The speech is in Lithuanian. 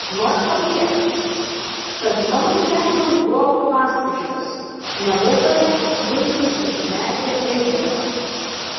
noriu pabrėžti kad mano gyvenimas buvo pasakiškas nebuvome du susimetę elgetos